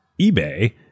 eBay